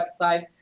website